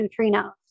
neutrinos